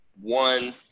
One